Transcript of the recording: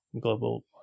global